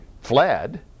fled